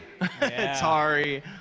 Atari